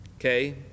Okay